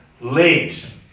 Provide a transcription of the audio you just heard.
legs